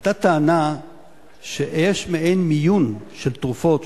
היתה טענה שיש מעין מיון של תרופות,